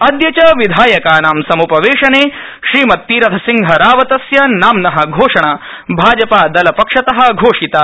अदय च विधायकानां सम्पवेशने श्रीमतृतीरथसिंहरावतस्य नाम्न घोषणा भाजपादलपक्षत घोषिता